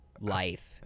life